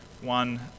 one